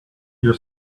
your